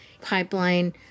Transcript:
pipeline